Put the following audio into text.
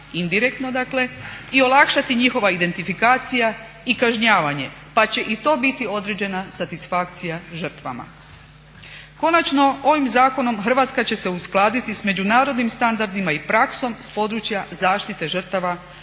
indirektno dakle i olakšati njihova identifikacija i kažnjavanje pa će i to biti određena satisfakcija žrtvama. Konačno, ovim zakonom Hrvatska će se uskladiti sa međunarodnim standardima i praksom s područja zaštite žrtava kaznenih